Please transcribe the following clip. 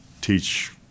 teach